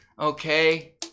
Okay